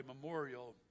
memorial